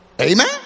Amen